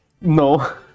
No